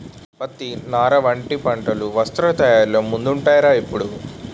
పత్తి, నార వంటి పంటలు వస్త్ర తయారీలో ముందుంటాయ్ రా ఎప్పుడూ